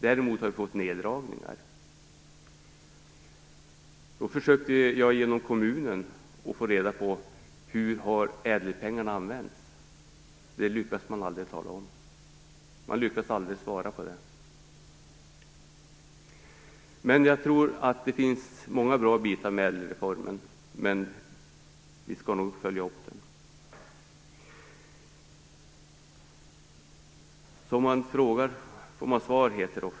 Däremot har vi drabbats av neddragningar. ÄDEL-pengarna hade använts. Det lyckades man aldrig svara på. Jag tror att det finns många bra bitar i ÄDEL-reformen, men vi skall nog följa upp den. Som man frågar får man svar, heter det.